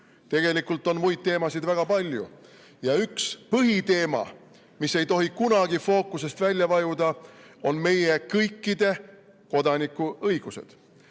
Tegelikult on muid teemasid väga palju. Ja üks põhiteema, mis ei tohi kunagi fookusest välja vajuda, on meie kõikide kodanikuõigused.